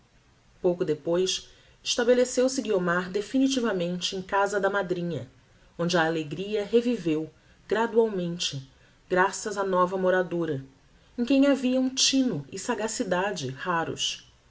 pouco depois estabeleceu-se guiomar definitivamente em casa da madrinha onde a alegria reviveu gradualmente graças á nova moradora em quem havia um tino e sagacidade raros